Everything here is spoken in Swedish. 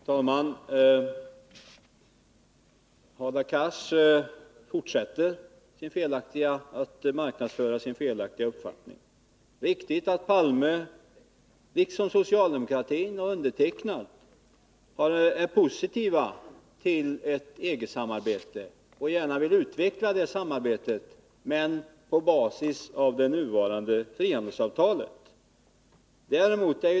Herr talman! Hadar Cars fortsätter att marknadsföra sin felaktiga uppfattning. Det är riktigt att Olof Palme, liksom jag och socialdemokratin i Övrigt, är positiv till ett EG-samarbete och gärna vill utveckla det, men på basis av nuvarande frihandelsavtal.